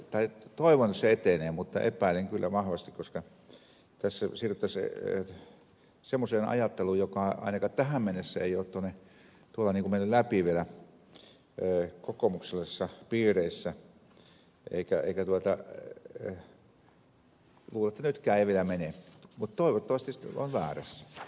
tai toivon että se etenee mutta epäilen kyllä vahvasti koska tässä on se että se ei siirryttäisiin semmoiseen ajatteluun joka ainakaan tähän mennessä ei ole mennyt läpi vielä kokoomukselaisissa piireissä ja luulen että nytkään ei vielä mene mutta toivottavasti olen väärässä